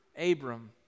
Abram